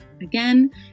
Again